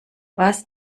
was